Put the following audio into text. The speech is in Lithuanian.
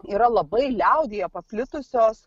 yra labai liaudyje paplitusios